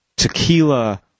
Tequila